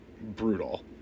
brutal